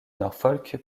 norfolk